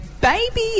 baby